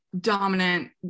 dominant